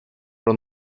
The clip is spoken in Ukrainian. про